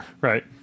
right